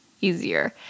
easier